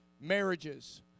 marriages